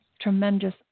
tremendous